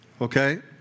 okay